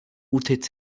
utz